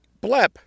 BLEP